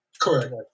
Correct